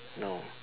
no